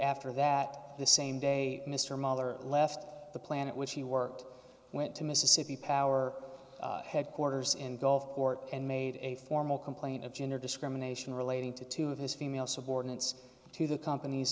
after that the same day mr moller left the planet which he worked went to mississippi power headquarters in gulfport and made a formal complaint of gender discrimination relating to two of his female subordinates to the compan